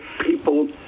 people